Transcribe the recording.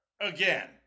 again